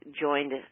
joined